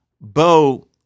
Bo